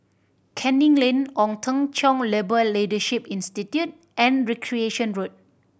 Canning Lane Ong Teng Cheong Labour Leadership Institute and Recreation Road